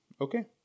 Okay